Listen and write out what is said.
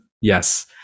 yes